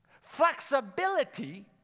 Flexibility